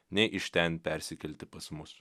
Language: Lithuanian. nei iš ten persikelti pas mus